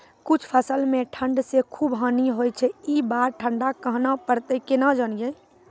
कुछ फसल मे ठंड से खूब हानि होय छैय ई बार ठंडा कहना परतै केना जानये?